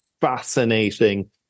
fascinating